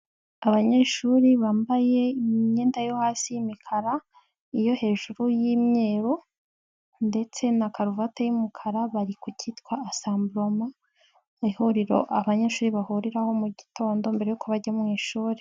Abanyeshuri bambaye imyenda yo hasi y'imikara, iyo hejuru y'imyeru ndetse na karuvate y'umukara bari ku cyitwa asamburoma ihuriro abanyeshuri bahuriraho mu gitondo mbere yuko bajya mu ishuri.